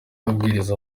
abwiriza